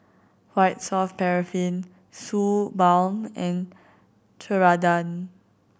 White Soft Paraffin Suu Balm and Ceradan